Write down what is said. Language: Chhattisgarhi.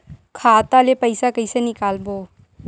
खाता ले पईसा कइसे निकालबो?